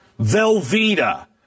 Velveeta